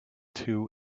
two